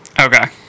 Okay